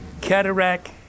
Cataract